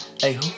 hey